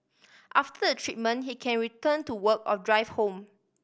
after the treatment he can return to work or drive home